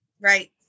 Right